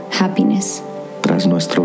happiness